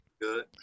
Good